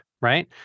right